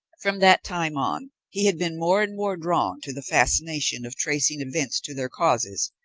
from that time on he had been more and more drawn to the fascination of tracing events to their causes,